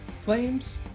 Flames